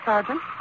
Sergeant